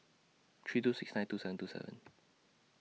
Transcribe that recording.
three two six nine two seven two seven